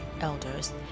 elders